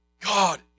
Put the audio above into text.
God